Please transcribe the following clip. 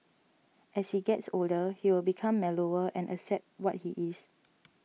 as he gets older he'll become mellower and accept what he is